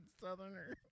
southerner